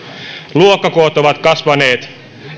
luokkakoot ovat kasvaneet